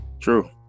true